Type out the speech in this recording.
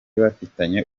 bafitanye